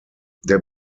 der